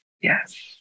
yes